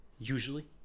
Usually